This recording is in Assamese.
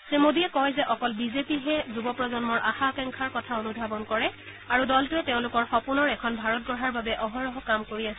শ্ৰীমোডীয়ে কয় যে অকল বিজেপিহে যুৱ প্ৰজন্মৰ আশা আকাংক্ষাৰ কথা অনুধাবন কৰে আৰু দলটোৱে তেওঁলোকৰ সপোনৰ এখন ভাৰত গঢ়াৰ বাবে অহৰহ কাম কৰি আছে